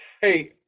hey